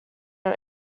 our